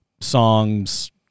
songs